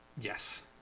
Yes